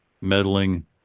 meddling